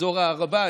אזור הערבה,